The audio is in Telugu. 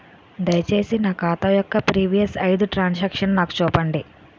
దయచేసి నా ఖాతా యొక్క ప్రీవియస్ ఐదు ట్రాన్ సాంక్షన్ నాకు చూపండి